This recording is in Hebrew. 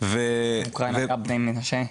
אוקראינה, ובני המנשה.